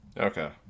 okay